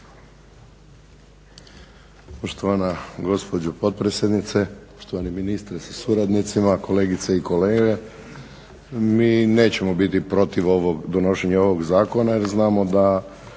Poštovana gospođo potpredsjednice, štovani ministre sa suradnicima, kolegice i kolege. Mi nećemo biti protiv donošenja ovog zakona jer znamo da